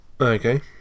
Okay